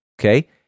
Okay